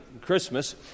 Christmas